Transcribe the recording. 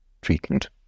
treatment